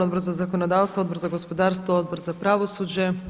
Odbor za zakonodavstvo, Odbor za gospodarstvo, Odbor za pravosuđe.